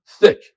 thick